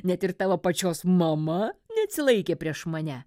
net ir tavo pačios mama neatsilaikė prieš mane